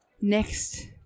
Next